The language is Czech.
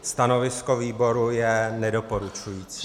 Stanovisko výboru je nedoporučující.